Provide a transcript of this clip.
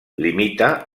limita